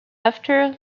after